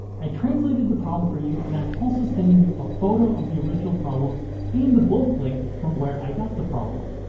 i translated the problem for you, and i'm also sending you a photo of the original problem and the book link from where i got the problem